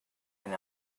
and